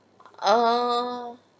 err